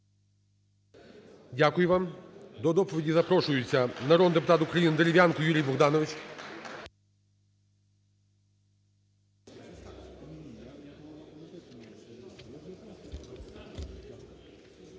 Дякую вам. До доповіді запрошується народний депутат України Дерев'янко Юрій Богданович.